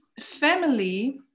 family